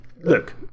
look